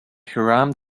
hiram